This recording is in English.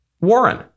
Warren